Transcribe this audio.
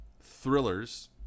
thrillers